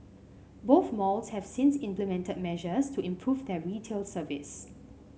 both malls have since implemented measures to improve their retail service